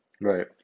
Right